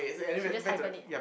she just hibernate